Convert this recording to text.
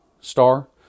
star